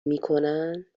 میکنن